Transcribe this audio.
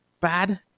bad